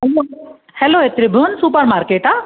हलो hello हे Tribhuvan supermarket आहे